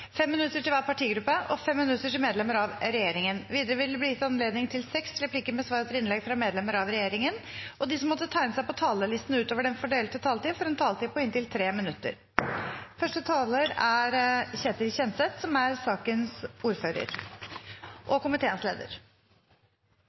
minutter til hver partigruppe og 3 minutter til medlemmer av regjeringen. Videre vil det bli gitt anledning til inntil tre replikker med svar etter partienes hovedtalere og inntil seks replikker med svar etter innlegg fra medlemmer av regjeringen, og de som måtte tegne seg på talerlisten utover den fordelte taletid, får en taletid på inntil 3 minutter.